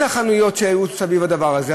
אלה החנויות שהיו סביב הדבר הזה.